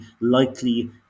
likely